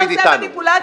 לא, אתה עושה מניפולציות.